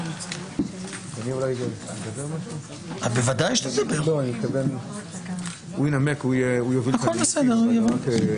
ונתחדשה בשעה 12:05.) אנחנו מחדשים את הדיון.